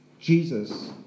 Jesus